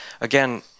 Again